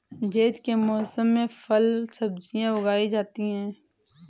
ज़ैद के मौसम में फल सब्ज़ियाँ उगाई जाती हैं